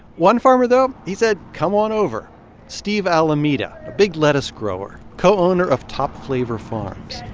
one farmer, though, he said, come on over steve alameda, a big lettuce grower, co-owner of topflavor farms